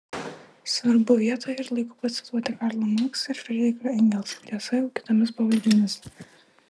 svarbu vietoje ir laiku pacituoti karlą marksą ir frydrichą engelsą tiesa jau kitomis pavardėmis